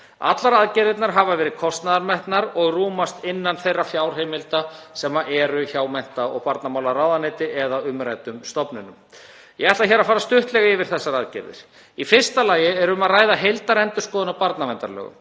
Allar aðgerðirnar hafa verið kostnaðarmetnar og rúmast innan fjárheimilda sem eru hjá mennta- og barnamálaráðuneyti eða umræddum stofnunum. Ég ætla hér að fara stuttlega yfir þessar aðgerðir. Í fyrsta lagi er um að ræða heildarendurskoðun á barnaverndarlögum.